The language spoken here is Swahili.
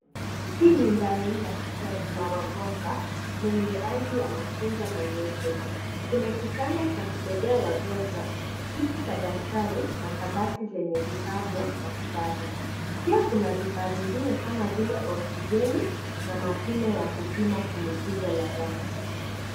Hii ni ndani ya gari la wagonjwa lenye rangi ya machungwa na nyeupe. Kuna kitanda cha kubebea wagonjwa, kiti cha daktari na kabati zenye vifaa vya matibabu. Pia kuna vifaa vingine kama vile oksijeni na mashine ya kupima shinikizo la damu.